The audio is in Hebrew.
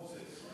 מוזס.